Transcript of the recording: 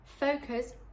Focus